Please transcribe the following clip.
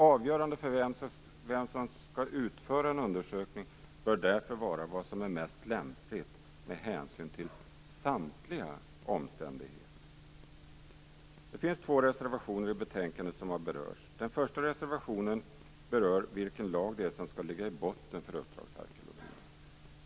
Avgörande för vem som skall utföra en undersökning bör därför vara vad som är mest lämpligt med hänsyn till samtliga omständigheter. Det finns två reservationer till betänkandet och som har berörts. Den första reservationen berör vilken lag som skall ligga i botten för uppdragsarkeologin.